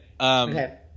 Okay